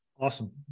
Awesome